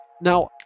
Now